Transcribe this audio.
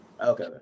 Okay